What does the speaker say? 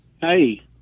Hey